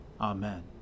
Amen